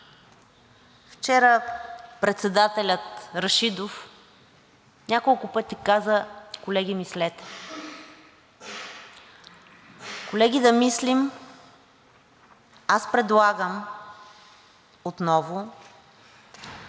Вчера председателят Рашидов няколко пъти каза: „Колеги, мислете!“ Колеги, да мислим. Аз предлагам отново да се